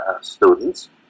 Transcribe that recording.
students